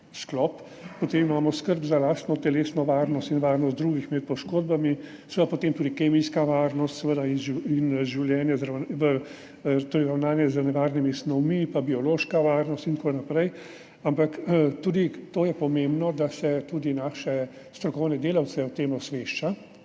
Potem imamo skrb za lastno telesno varnost in varnost drugih pred poškodbami, potem tudi kemijska varnost in ravnanje z nevarnimi snovmi, pa biološka varnost in tako naprej, ampak pomembno je, da se tudi naše strokovne delavce o tem osvešča.